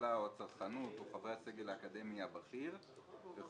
והכלכלה או הצרכנות או חברי הסגל האקדמי הבכיר וכולי,